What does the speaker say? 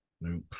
Nope